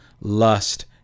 lust